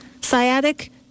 Sciatic